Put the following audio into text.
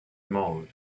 mode